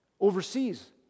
overseas